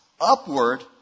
upward